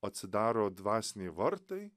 atsidaro dvasiniai vartai